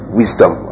wisdom